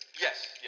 Yes